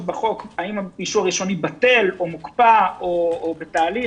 בחוק האם האישור הראשוני בטל או מוקפא או בתהליך,